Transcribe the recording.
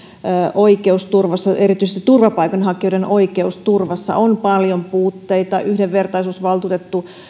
oikeusturvassa erityisesti turvapaikanhakijoiden oikeusturvassa on paljon puutteita yhdenvertaisuusvaltuutettu